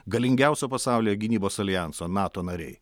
galingiausio pasaulyje gynybos aljanso nato nariai